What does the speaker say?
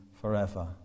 forever